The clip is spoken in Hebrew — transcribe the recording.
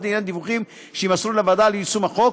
לעניין דיווחים שיימסרו לוועדה על יישום החוק,